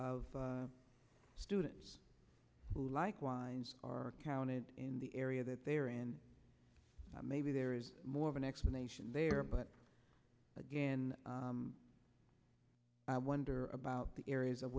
of students who likewise are counted in the area that they are and maybe there is more of an explanation there but again i wonder about the areas of